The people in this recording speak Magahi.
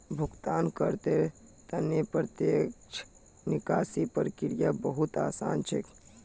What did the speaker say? भुगतानकर्तार त न प्रत्यक्ष निकासीर प्रक्रिया बहु त आसान छेक